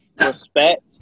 respect